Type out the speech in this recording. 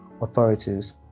authorities